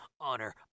honor